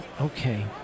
Okay